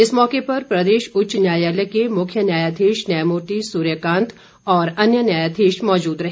इस मौके पर प्रदेश उच्च न्यायालय के मुख्य न्यायाधीश न्यायमूर्ति सूर्यकान्त और अन्य न्यायाधीश मौजूद रहे